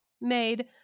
made